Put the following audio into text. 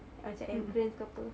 macam entrance ke apa